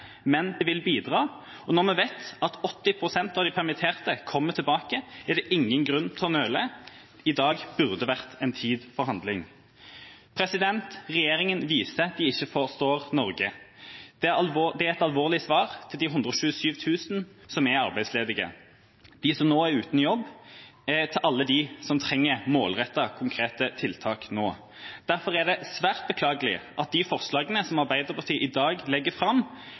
men det vil bidra. Når vi vet at 80 pst. av de permitterte kommer tilbake, er det ingen grunn til å nøle. I dag burde det vært tid for handling. Regjeringa viser at de ikke forstår Norge. Det er et alvorlig svar til de 127 000 som er arbeidsledige, til dem som nå er uten jobb, til alle dem som trenger målrettede, konkrete tiltak nå. Derfor er det svært beklagelig at de forslagene som Arbeiderpartiet legger fram for å trygge og skape nye arbeidsplasser, i dag